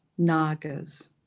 Nagas